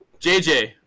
JJ